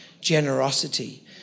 generosity